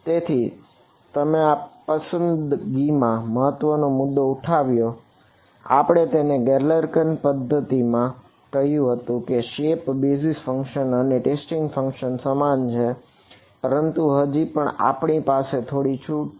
તેથી તમે આ પસંદગીમાં મહત્વનો મુદ્દો ઉઠાવ્યો છે આપણે તેને ગેલેર્કીન સમાન છે પરંતુ હજુ પણ આપણી પાસે થોડી છૂટ છે